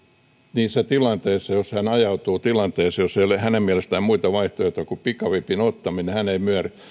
niissä tilanteissa joissa hän ajautuu tilanteeseen jossa ei ole hänen mielestään muita vaihtoehtoja kuin pikavipin ottaminen